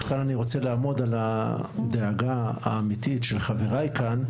אני רוצה לעמוד על הדאגה האמיתית של חבריי כאן,